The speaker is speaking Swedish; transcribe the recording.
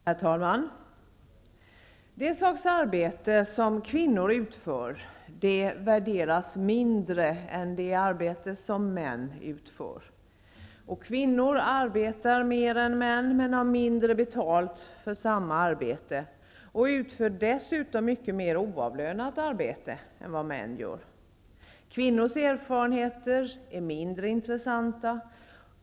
Herr talman! Det slags arbete som kvinnor utför värderas mindre än det arbete som män utför. Kvinnor arbetar mer än män, men har mindre betalt för samma arbete och utför dessutom mycket mer oavlönat arbete än vad män gör. Kvinnors erfarenheter är mindre intressanta.